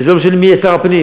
וזה לא משנה מי יהיה שר הפנים,